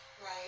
Right